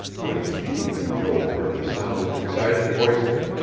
when she and joel heard the sound of excited voices,